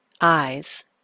eyes